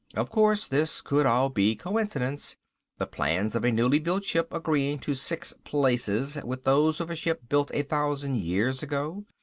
of course, this could all be coincidence the plans of a newly built ship agreeing to six places with those of a ship built a thousand years ago.